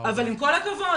אבל עם כל הכבוד,